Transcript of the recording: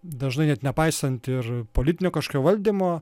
dažnai net nepaisant ir politinio kažkokio valdymo